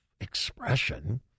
expression